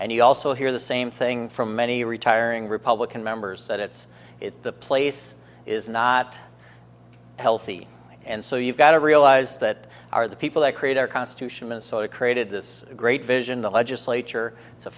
and you also hear the same thing from many retiring republican members that it's the place is not healthy and so you've got to realize that our the people that create our constitution minnesota created this great vision the legislature it's a